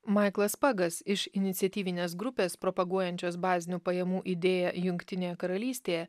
maiklas pagas iš iniciatyvinės grupės propaguojančios bazinių pajamų idėją jungtinėje karalystėje